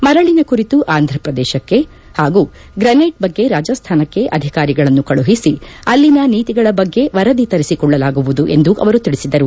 ಮರಳನ ಕುರಿತು ಆಂಧ್ರ ಪ್ರದೇಶಕ್ಕೆ ಹಾಗೂ ಗ್ರಾನ್ಟೆಟ್ ಬಗ್ಗೆ ರಾಜಸ್ಥಾನಕ್ಕೆ ಅಧಿಕಾರಿಗಳನ್ನು ಕಳುಹಿಸಿ ಅಲ್ಲಿನ ನೀತಿಗಳ ಬಗ್ಗೆ ವರದಿ ತರಿಸಿಕೊಳ್ಳಲಾಗುವುದು ಎಂದು ಅವರು ತಿಳಿಸಿದರು